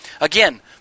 Again